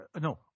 no